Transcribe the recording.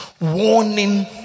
warning